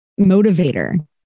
motivator